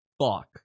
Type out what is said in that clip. fuck